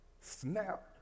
Snap